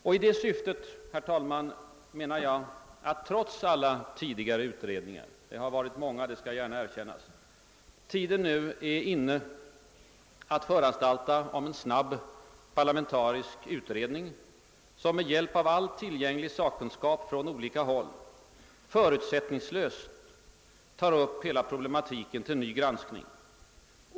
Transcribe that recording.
Jag menar, herr talman, att trots alla utredningar — det skall gärna erkännas att de varit många — tiden nu är inne att föranstalta om en snabb parlamentarisk utredning, som med hjälp av all tillgänglig sakkunskap från olika håll förutsättningslöst tar upp hela problematiken till ny granskning.